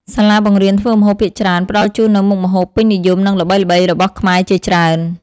សាលាបង្រៀនធ្វើម្ហូបភាគច្រើនផ្តល់ជូននូវមុខម្ហូបពេញនិយម និងល្បីៗរបស់ខ្មែរជាច្រើន ។